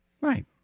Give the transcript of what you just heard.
Right